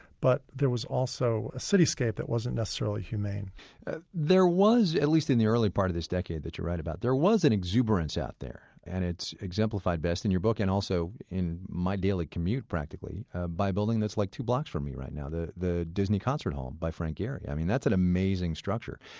but there was also a cityscape that wasn't necessarily humane there was at least in the early part of this decade that you write about there was an exuberance out there and it's exemplified best in your book and also in my daily commute practically ah by a building that's like two blocks from me right now, the the disney concert hall by frank gehry. i mean, that's an amazing structure.